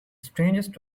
strangest